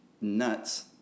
nuts